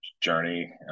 journey